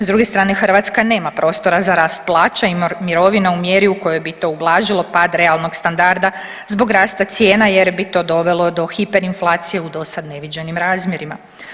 S druge strane, Hrvatska nema prostora za rast plaća i mirovina u mjeru u kojoj bi to ublažilo pad realnog standarda zbog rasta cijena jer bi to dovelo do hiperinflacije u dosad neviđenim razmjerima.